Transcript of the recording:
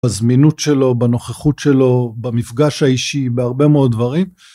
בזמינות שלו, בנוכחות שלו, במפגש האישי, בהרבה מאוד דברים.